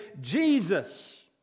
Jesus